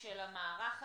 של המערך הזה.